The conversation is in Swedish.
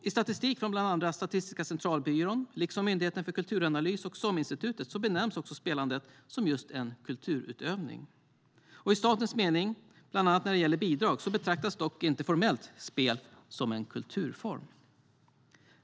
I statistik från bland andra Statistiska centralbyrån, Myndigheten för kulturanalys och SOM-institutet benämns också spelande som just en kulturutövning. Men i statens mening, bland annat när det gäller bidrag, betraktas spel inte formellt som en kulturform.